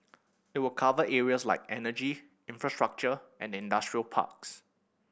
it will cover areas like energy infrastructure and industrial parks